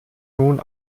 nun